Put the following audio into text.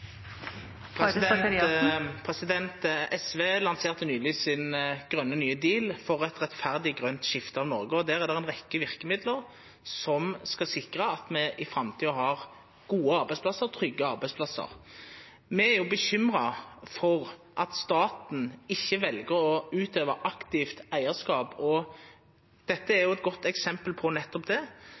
SV lanserte nyleg sin grøne nye deal for eit rettferdig grønt skifte i Noreg. Der er det ei rekkje verkemiddel som skal sikra at me i framtida har gode og trygge arbeidsplassar. Me er bekymra for at staten ikkje vel å utøva aktivt eigarskap, og dette er eit godt eksempel på nettopp det